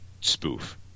spoof